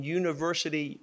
university